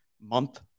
month